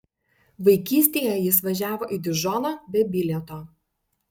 vaikystėje jis važiavo į dižoną be bilieto